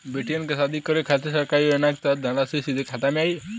बेटियन के शादी करे के खातिर सरकारी योजना के तहत धनराशि सीधे खाता मे आई?